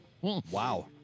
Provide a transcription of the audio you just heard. Wow